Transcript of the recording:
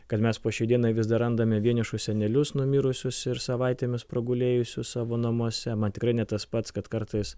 kad mes po šiai dienai vis dar randame vienišus senelius numirusius ir savaitėmis pragulėjusius savo namuose man tikrai ne tas pats kad kartais